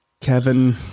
Kevin